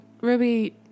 Ruby